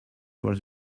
was